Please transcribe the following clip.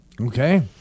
Okay